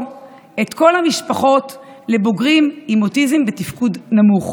את כל המשפחות לבוגרים עם אוטיזם בתפקוד נמוך